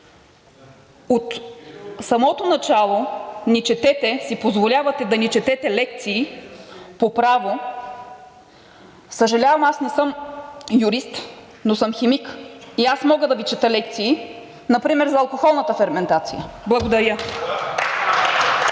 От самото начало си позволявате да ни четете лекции по право. Съжалявам, аз не съм юрист, но съм химик и аз мога да Ви чета лекции например за алкохолната ферментация. Благодаря.